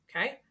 okay